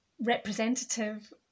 representative